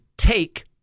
take